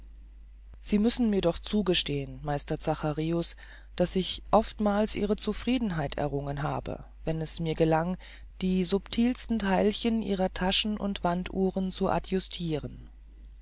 sie müssen mir doch zugestehen meister zacharius daß ich oftmals ihre zufriedenheit errungen habe wenn es mir gelang die subtilsten theilchen ihrer taschen und wanduhren zu